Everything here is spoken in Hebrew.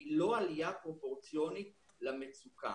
היא לא עלייה פרופורציונית למצוקה.